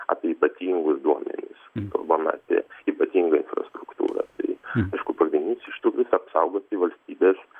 apie ypatingus duomenis kalbama apie ypatingą infrastruktūrą tai aišku uždavinys apsaugoti valstybės